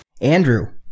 Andrew